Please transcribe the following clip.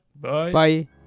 Bye